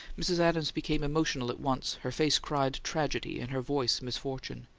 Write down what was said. mrs. adams became emotional at once her face cried tragedy, and her voice misfortune.